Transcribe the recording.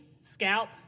scalp